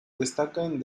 destacan